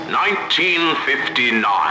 1959